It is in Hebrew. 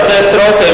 חבר הכנסת רותם,